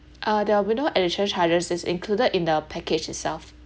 uh there will be no additional charges it's included in the package itself